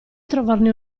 trovarne